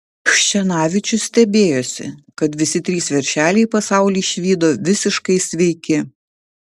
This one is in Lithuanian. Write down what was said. chščenavičius stebėjosi kad visi trys veršeliai pasaulį išvydo visiškai sveiki